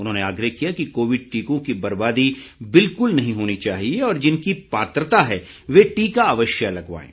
उन्होंने आग्रह किया कि कोविड टीकों की बर्बादी बिल्कुल नहीं होनी चाहिए और जिनकी पात्रता है वे टीका अवश्य लगवाएं